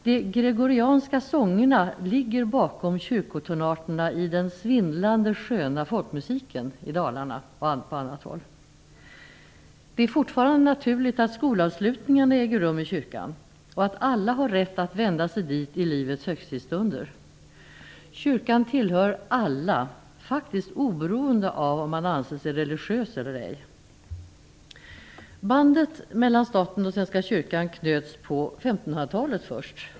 De gregorianska sångerna ligger bakom kyrkotonarterna i den svindlande sköna folkmusiken i Dalarna och på annat håll. Det är fortfarande naturligt att skolavslutningarna äger rum i kyrkan och att alla har rätt att vända sig dit i livets högtidsstunder. Kyrkan tillhör alla, faktiskt oberoende av om man anser sig religiös eller ej. Bandet mellan staten och Svenska kyrkan knöts först på 1500-talet.